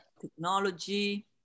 technology